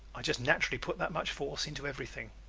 i just naturally put that much force into everything.